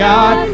God